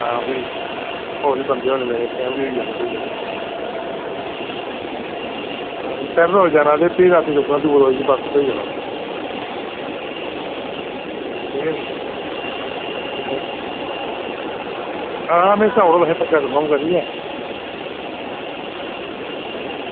हां भी ओह् ते होर बी बंदे होने मेरे ते फैमिली होई जानी मेरी पैह्ली रोज जाना ते रातीं रुकना ते भी दूए रोज बापस होई जाना उद्धरा ठीक ऐ नी हां में सनाई ओड़नां तुसेंगी कंफर्म करियै